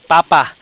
Papa